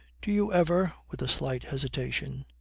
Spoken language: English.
do you ever with a slight hesitation,